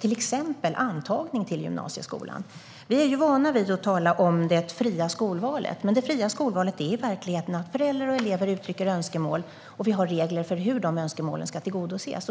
exempelvis antagning till gymnasieskolan. Vi är vana vid att tala om det fria skolvalet. Men det fria skolvalet utgörs i verkligheten av önskemål som elever och föräldrar uttrycker, och vi har regler för hur dessa önskemål ska tillgodoses.